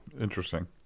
interesting